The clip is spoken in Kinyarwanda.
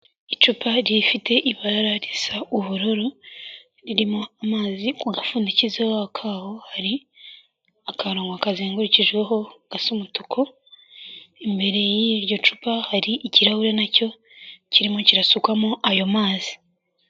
Icupa rifite ibara risa ubururu ririmo amazi mu gafundikizo kaho, hari akaronko kazengurukijweho gasa umutuku, imbere y'iryo cupa hari ikirahure nacyo kirimo kirasukwamo ayo mazi.